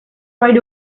right